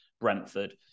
Brentford